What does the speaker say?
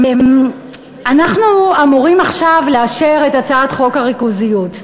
אנחנו אמורים עכשיו לאשר את הצעת חוק הריכוזיות.